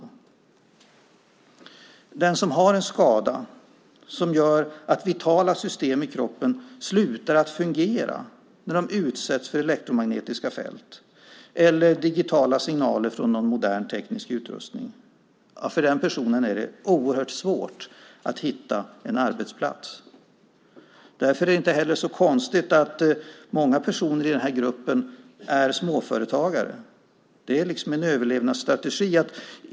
För den som har en skada som gör att vitala system i kroppen slutar att fungera när de utsätts för elektromagnetiska fält eller digitala signaler från någon modern teknisk utrustning är det oerhört svårt att hitta en arbetsplats. Därför är det inte heller så konstigt att många personer i den gruppen är småföretagare. Det är en överlevnadsstrategi.